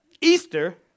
Easter